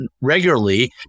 regularly